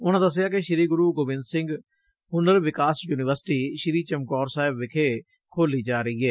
ਉਨਾਂ ਦੱਸਿਆ ਕਿ ਸ੍ਰੀ ਗੁਰ ਗੋਬਿੰਦ ਸਿੰਘ ਹਨਰ ਵਿਕਾਸ ਯੁਨੀਵਰਸਿਟੀ ਸ੍ਰੀ ਚਮਕੌਰ ਸਾਹਬ ਵਿਖੇ ਖੋਲੀ ਜਾ ਰਹੀ ਏ